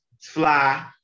Fly